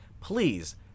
please